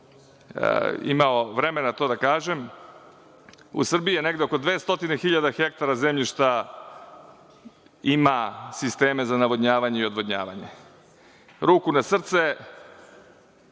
imao vremena to da kažem, u Srbiji negde oko 200.000 hektara zemljišta ima sisteme za navodnjavanje i odvodnjavanje. Ruku na srce,